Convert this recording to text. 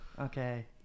Okay